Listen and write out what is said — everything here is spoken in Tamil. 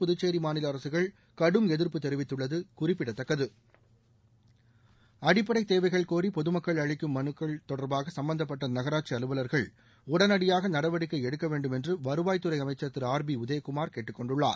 புதுச்சேி மாநில அரசுகள் கடும் எதிர்ப்பு தெரிவித்துள்ளது குறிப்பிடத்தக்கது அடிப்படை தேவைகள் கோரி பொதுமக்கள் அளிக்கும் மனுக்கள் தொடர்பாக சம்பந்தப்பட்ட நகராட்சி அலுவல்கள் உடனடியாக நடவடிக்கை எடுக்க வேண்டும் என்று வருவாய்த் துறை அமைச்ச் திரு ஆர் பி உதயகுமார் கேட்டுக்கொண்டுள்ளார்